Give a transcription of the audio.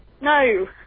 No